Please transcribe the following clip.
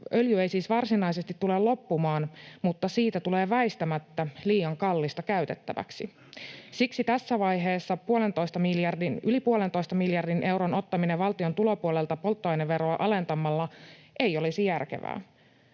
öljy ei siis varsinaisesti tule loppumaan, mutta siitä tulee väistämättä liian kallista käytettäväksi. Siksi tässä vaiheessa yli puolentoista miljardin euron ottaminen valtion tulopuolelta polttoaineveroa alentamalla ei olisi järkevää.